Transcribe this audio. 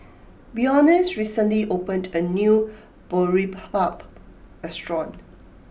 Beyonce recently opened a new Boribap restaurant